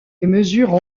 mesure